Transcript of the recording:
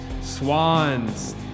Swans